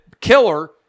Killer